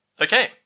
Okay